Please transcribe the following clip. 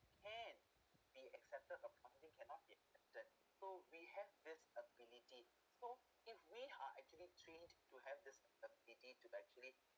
can be accepted or something cannot be accepted so we have this ability so if we are actually trained to have this ability to actually